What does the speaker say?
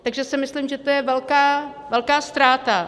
Takže si myslím, že to je velká, velká ztráta.